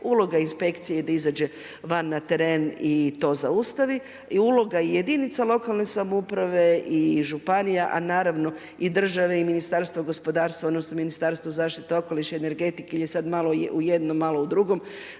uloga inspekcije da izađe van na teren i to zaustavi i uloga jedinica lokalne samouprave i županija, a naravno i države i Ministarstvo gospodarstva odnosno Ministarstvo okoliša i energetike je sada malo u jednom malo u drugom,